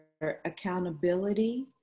accountability